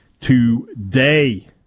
today